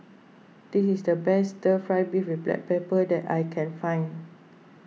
this is the best Stir Fried Beef with Black Pepper that I can find